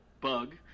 bug